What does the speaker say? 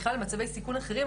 בכלל במצבי סיכון אחרים,